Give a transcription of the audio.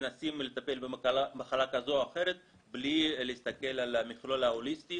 מנסים לטפל במחלה כזו או אחרת בלי להסתכל על המכלול ההוליסטי